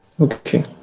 Okay